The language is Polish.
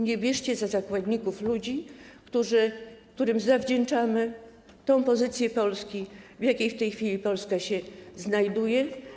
Nie bierzcie za zakładników ludzi, którym zawdzięczamy tę pozycję Polski, na jakiej w tej chwili Polska się znajduje.